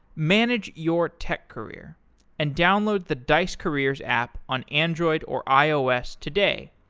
manage your tech career and download the dice careers app on android or ios today.